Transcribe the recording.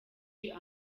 ahantu